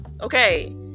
Okay